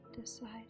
decide